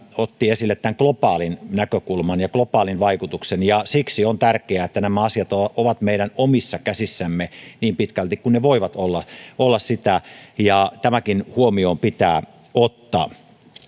otti esille myös globaalin näkökulman ja globaalin vaikutuksen ja siksi on tärkeää että nämä asiat ovat ovat meidän omissa käsissämme niin pitkälti kuin ne voivat olla olla tämäkin pitää ottaa huomioon